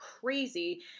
crazy